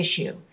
issue